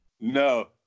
No